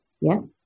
Yes